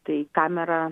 tai kamera